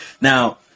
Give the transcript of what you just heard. Now